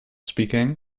speaking